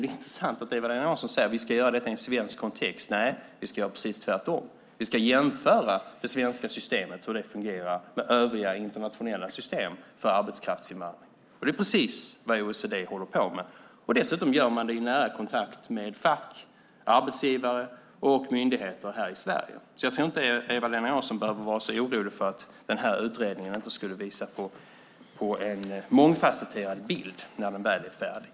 Det är intressant att Eva-Lena Jansson säger att vi ska göra detta i en svensk kontext. Nej, vi ska göra precis tvärtom. Vi ska jämföra det svenska systemet, hur det fungerar, med övriga internationella system för arbetskraftsinvandring. Och det är precis vad OECD håller på med. Dessutom gör man det i nära kontakt med fack, arbetsgivare och myndigheter här i Sverige. Jag tror inte att Eva-Lena Jansson behöver vara orolig för att den här utredningen inte skulle visa på en mångfasetterad bild när den väl är färdig.